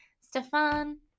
Stefan